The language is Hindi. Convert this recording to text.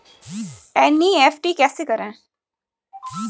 एन.ई.एफ.टी कैसे करें?